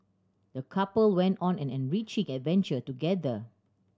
the couple went on an enriching adventure together